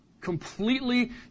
Completely